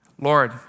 Lord